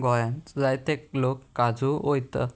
गोंयांत जायतेक लोक काजू वयता